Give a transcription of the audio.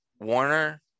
Warner